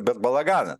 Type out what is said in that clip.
bet balagana